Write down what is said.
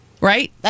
Right